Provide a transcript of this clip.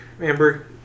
Amber